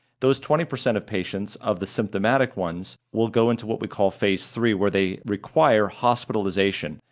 those twenty percent of patients of the symptomatic ones will go into what we call phase three, where they require hospitalization,